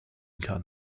kann